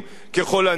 ככל הנראה?